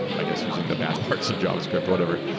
i guess, using the bad parts of javascript or whatever.